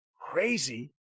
crazy